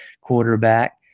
quarterback